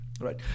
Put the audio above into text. right